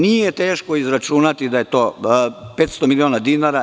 Nije teško izračunati da je to 500.000.000 dinara.